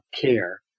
care